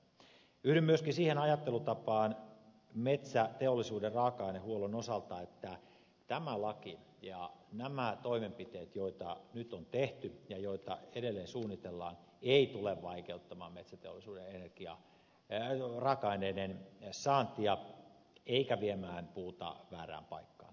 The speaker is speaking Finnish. yhdyn myöskin siihen ajattelutapaan metsäteollisuuden raaka ainehuollon osalta että tämä laki ja nämä toimenpiteet joita nyt on tehty ja joita edelleen suunnitellaan eivät tule vaikeuttamaan metsäteollisuuden raaka aineiden saantia eivätkä viemään puuta väärään paikkaan